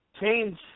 Change